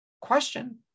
question